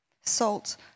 salt